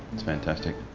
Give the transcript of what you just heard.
that's fantastic.